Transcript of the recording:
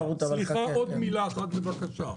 אחת, בבקשה.